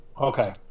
Okay